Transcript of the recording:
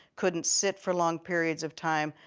couldn't sit for long periods of time,